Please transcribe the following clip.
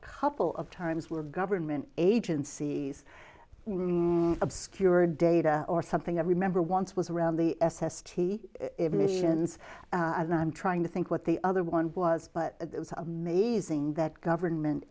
couple of times were government agencies obscure data or something i remember once was around the s s t missions and i'm trying to think what the other one was but it was amazing that government